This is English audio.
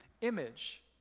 image